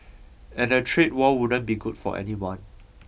and a trade war wouldn't be good for anyone